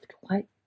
white